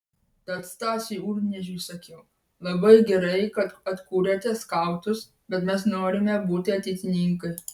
tad stasiui urniežiui sakiau labai gerai kad atkuriate skautus bet mes norime būti ateitininkai